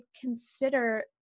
consider